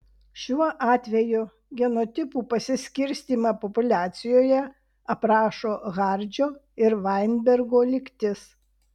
šiuo atveju genotipų pasiskirstymą populiacijoje aprašo hardžio ir vainbergo lygtis